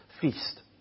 feast